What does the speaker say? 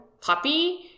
puppy